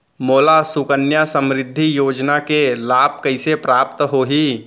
मोला सुकन्या समृद्धि योजना के लाभ कइसे प्राप्त होही?